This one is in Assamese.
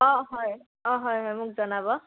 অঁ হয় অঁ হয় হয় মোক জনাব